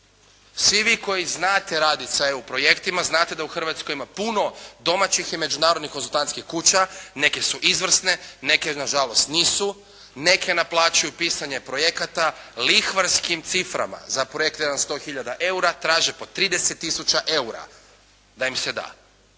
Svi vi koji znate raditi sa EU projektima, znate da u Hrvatskoj ima puno domaćih i međunarodnih konzultantskih kuća, neke su izvrsne, neke na žalost nisu, neka naplaćuju pisanje projekata lihvarskim ciframa, za projekt treba 100 hiljada eura, traže po 30 tisuća eura da im se da.